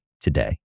today